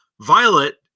Violet